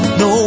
no